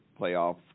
playoff